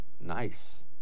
nice